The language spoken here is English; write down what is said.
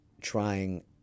trying